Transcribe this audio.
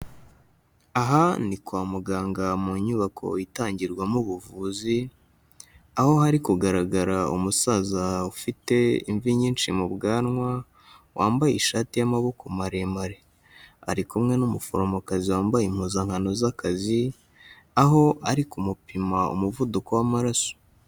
Aha ni kwa muganga mu nyubako itangirwamo ubuvuzi, aho hari kugaragara umusaza ufite imvi nyinshi mu bwanwa, wambaye ishati y'amaboko maremare, ari kumwe n'umuforomokazi wambaye impuzankano z'akazi, aho ari kumupima umuvuduko w'amaraso.